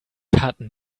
hatten